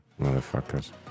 Motherfuckers